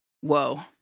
Whoa